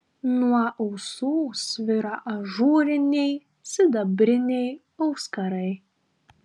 nuo ausų sviro ažūriniai sidabriniai auskarai